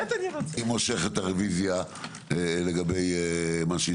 (הישיבה נפסקה בשעה 13:29 ונתחדשה בשעה 13:34.) אני מחדש את הישיבה.